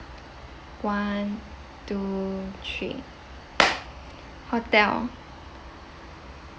one two three hotel